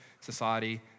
society